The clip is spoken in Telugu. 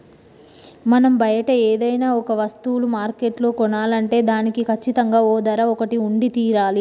మనం బయట ఏదైనా ఒక వస్తువులు మార్కెట్లో కొనాలంటే దానికి కచ్చితంగా ఓ ధర ఒకటి ఉండి తీరాలి